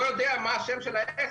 מה השם של העסק.